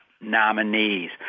nominees